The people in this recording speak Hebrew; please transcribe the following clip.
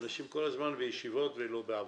אנשים כל הזמן בישיבות ולא בעבודה.